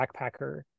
backpacker